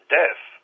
death